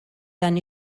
dan